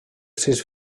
sis